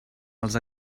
els